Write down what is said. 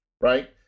right